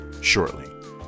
shortly